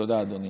תודה, אדוני.